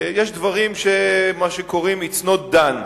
יש דברים שהם מה שקוראים s not done'it.